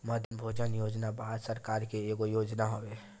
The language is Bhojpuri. मध्याह्न भोजन योजना भारत सरकार के एगो योजना हवे